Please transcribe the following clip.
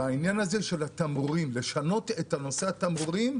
בעניין הזה של התמרורים, לשנות את נושא התמרורים,